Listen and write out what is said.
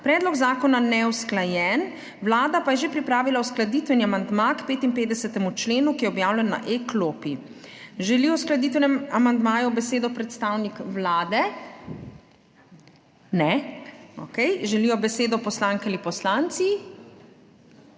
predlog zakona neusklajen, Vlada pa je že pripravila uskladitveni amandma k 55. členu, ki je objavljen na e-klopi. Želi o uskladitvenem amandmaju besedo predstavnik Vlade? Ne. Okej. Želijo besedo poslanke ali poslanci?